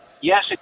yes